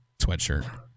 Sweatshirt